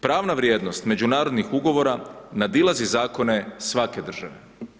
Pravna vrijednost međunarodnih ugovora nadilazi zakone svake države.